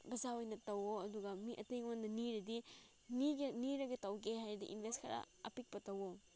ꯃꯆꯥ ꯑꯣꯏꯅ ꯇꯧꯑꯣ ꯑꯗꯨꯒ ꯃꯤ ꯑꯇꯩꯉꯣꯟꯗ ꯅꯤꯔꯗꯤ ꯅꯤꯔꯒ ꯇꯩꯒꯦ ꯍꯥꯏꯔꯗꯤ ꯏꯟꯚꯦꯁ ꯈꯔ ꯑꯄꯤꯛꯄ ꯇꯧꯑꯣ